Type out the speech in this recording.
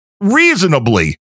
reasonably